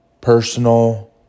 personal